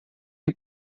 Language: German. die